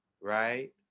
right